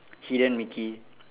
hidden mickey